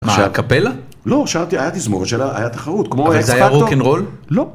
שהקפלה? לא, שרתי, היה תזמורת שלה, היה תחרות. אבל זה היה רוקנרול? לא.